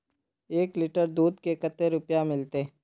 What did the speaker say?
एक लीटर दूध के कते रुपया मिलते?